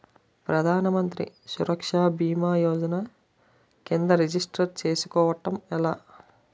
ప్రధాన మంత్రి సురక్ష భీమా యోజన కిందా రిజిస్టర్ చేసుకోవటం ఎలా?